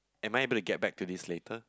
am I able to get back to this later